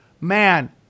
man